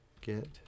get